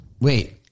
Wait